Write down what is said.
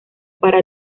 para